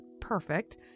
perfect